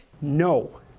no